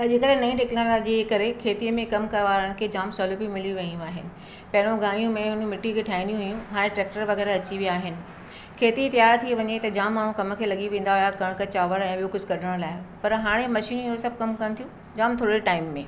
अॼुकल्ह नईं टेक्नोलॉजी जे करे खेतीअ में कम करणु वारनि खे जाम सहुलतियूं मिली वयूं आहिनि पहिरों गाइयूं मेहूं हुन मिटी खे ठाहींदियूं हुयूं हाणे ट्रैक्टर वग़ैरह अची विया आहिनि खेती तयार थी वञे त माण्हू कम खे लॻी वेंदा हुया कणक चांवर ऐं ॿियो कुझु कढण लाइ पर हाणे मशीनियूं हीअ सभु कम कनि थियूं जाम थोरे टाइम में